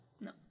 No